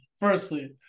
firstly